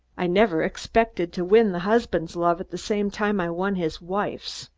i never expected to win the husband's love at the same time i won his wife's,